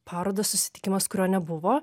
parodą susitikimas kurio nebuvo